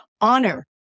honor